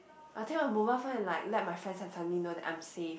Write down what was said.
I think a mobile phone like let my friends and family know that I'm safe